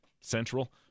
central